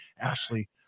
Ashley